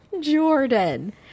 Jordan